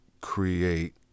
create